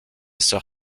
sœur